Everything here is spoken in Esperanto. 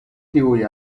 tiuj